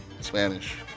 Spanish